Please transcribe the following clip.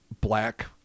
black